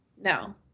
no